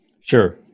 Sure